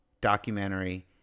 documentary